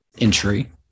entry